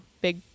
big